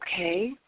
okay